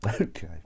Okay